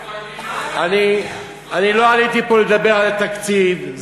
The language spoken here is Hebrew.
אני לא עליתי לפה לדבר על התקציב.